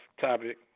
topic